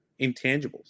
intangibles